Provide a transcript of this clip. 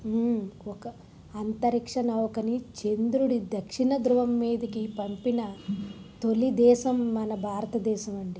ఒక అంతరిక్ష నౌకని చంద్రుడి దక్షిణ ద్రువం మీదకి పంపిన తొలి దేశం మన భారతదేశం అండి